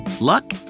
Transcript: luck